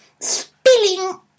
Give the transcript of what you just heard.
spilling